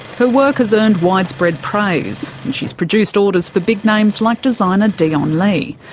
her work has earned widespread praise, and she's produced orders for big names like designer dion lee.